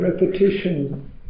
repetition